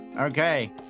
Okay